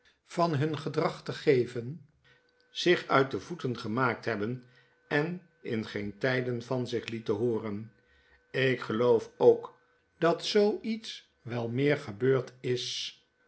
van hun gedrag te geven zich uit de voeten gemaakt hebben en in geen tyden van zich lieten hooren lk geloof ook dat zoo iets wel meer gebeurd is